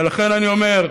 ולכן אני אומר: